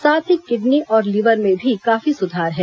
साथ ही किडनी और लीवर में भी काफी सुधार है